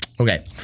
Okay